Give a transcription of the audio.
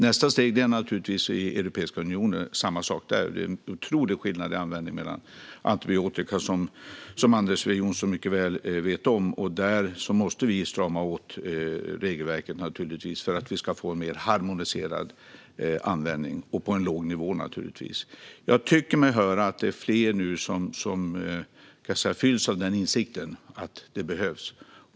Nästa steg är naturligtvis samma sak i Europeiska unionen. Skillnaden i fråga om antibiotikaanvändning är, som Anders W Jonsson vet, otroligt stor, och vi måste strama åt regelverket för att få en mer harmoniserad användning, på en låg nivå. Jag tycker mig höra att fler nu fylls av denna insikt - att detta behövs.